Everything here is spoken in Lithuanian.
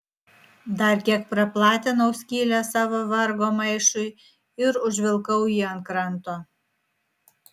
dar kiek praplatinau skylę savo vargo maišui ir užvilkau jį ant kranto